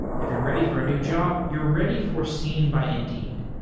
if you're ready for a new job, you're ready for seen by indeed.